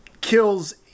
kills